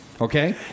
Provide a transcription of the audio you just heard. Okay